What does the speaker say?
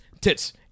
tits